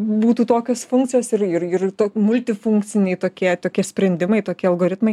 būtų tokios funkcijos ir ir ir multifunkciniai tokie tokie sprendimai tokie algoritmai